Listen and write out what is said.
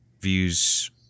views